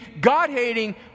God-hating